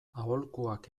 aholkuak